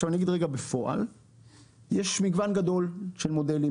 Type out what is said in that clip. עכשיו, בפועל יש מגוון גדול של מודלים.